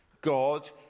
God